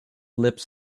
lips